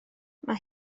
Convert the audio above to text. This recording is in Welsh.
mae